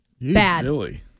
Bad